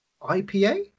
IPA